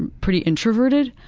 and pretty introverted,